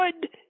good